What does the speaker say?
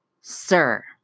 sir